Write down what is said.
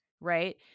right